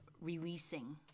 releasing